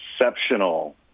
exceptional